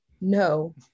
no